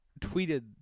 tweeted